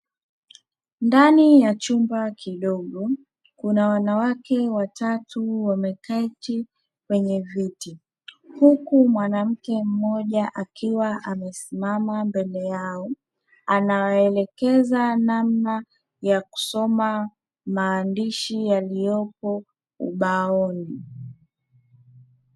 Ndani ya chumba kidogo kuna wanawake watatu wameketi kwenye viti, huku mwanamke mmoja akiwa amesimama mbele yao anawaelekeza namna ya kusoma maandishi yaliyopo ubaoni.